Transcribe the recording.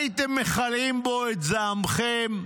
הייתם מכלים בו את זעמכם.